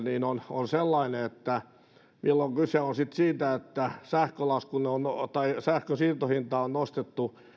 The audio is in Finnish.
on sellainen milloin kyse on sitten siitä että sähkönsiirtohintaa on nostettu